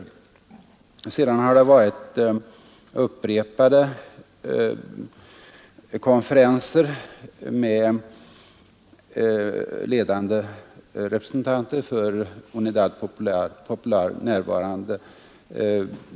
Sedan har det hållits upprepade konferenser med ledande representanter för Unidad Popular närvarande.